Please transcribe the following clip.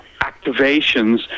activations